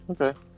Okay